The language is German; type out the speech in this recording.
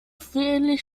völlig